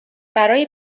برای